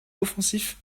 offensif